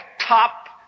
top